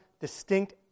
distinct